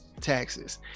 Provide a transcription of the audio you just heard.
taxes